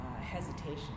hesitation